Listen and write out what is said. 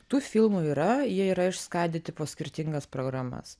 tų filmų yra jie yra išskaidyti po skirtingas programas